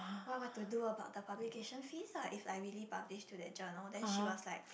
what what to do about the publication fees ah if I really published to that journal then she was like